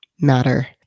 matter